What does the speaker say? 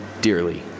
dearly